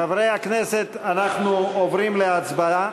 חברי הכנסת, אנחנו עוברים להצבעה.